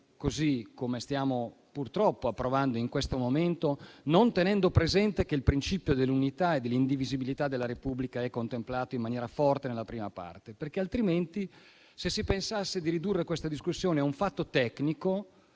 come purtroppo stiamo facendo in questo momento, senza tenere presente che il principio dell'unità e dell'indivisibilità della Repubblica è contemplato in maniera forte nella prima parte. Altrimenti, se si pensasse di ridurre questa discussione a un fatto tecnico